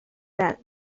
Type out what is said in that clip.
that